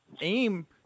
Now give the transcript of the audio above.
aim